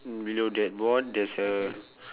mm below that board there's a